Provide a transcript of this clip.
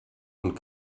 und